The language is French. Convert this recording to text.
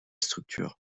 structure